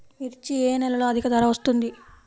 మిర్చి ఏ నెలలో అధిక ధర వస్తుంది?